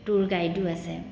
tour গাইডো আছে